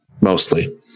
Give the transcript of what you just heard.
mostly